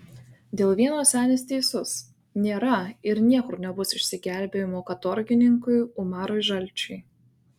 dėl vieno senis teisus nėra ir niekur nebus išsigelbėjimo katorgininkui umarui žalčiui